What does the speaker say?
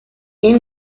این